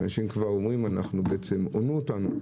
אנשים אומרים שהונו אותם,